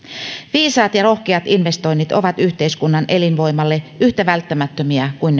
viisaat ja rohkeat investoinnit ovat yhteiskunnan elinvoimalle yhtä välttämättömiä kuin